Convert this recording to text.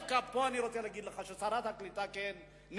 פה אני רוצה להגיד לך ששרת הקליטה כן ניסתה,